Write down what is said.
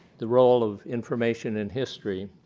the role of information in history.